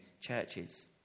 churches